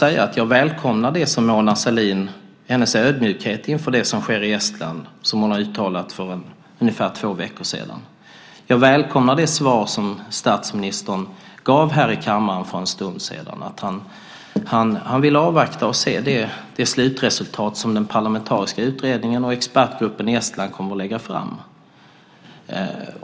Därför välkomnar jag Mona Sahlins ödmjukhet inför det som sker i Estland som hon gjorde ett uttalande om för ungefär två veckor sedan. Jag välkomnar också det svar som statsministern gav här i kammaren för en stund sedan om att han vill avvakta och se det slutresultat som den parlamentariska utredningen och expertgruppen i Estland kommer att lägga fram.